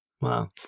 Wow